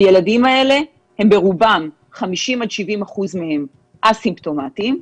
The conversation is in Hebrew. הילדים האלה ברובם, 50%-70% מהם, אסימפטומטיים,